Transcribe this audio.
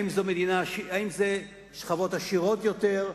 אם משכבות עשירות יותר,